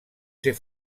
ser